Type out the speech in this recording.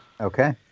Okay